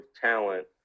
talent